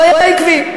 הוא היה עקבי.